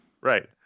Right